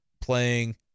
playing